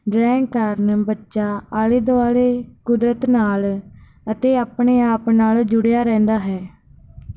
drawing ਕਾਰਨ ਬੱਚਾ ਆਲੇ ਦੁਆਲੇ ਕੁਦਰਤ ਨਾਲ ਅਤੇ ਆਪਣੇ ਆਪ ਨਾਲ ਜੁੜਿਆ ਰਹਿੰਦਾ ਹੈ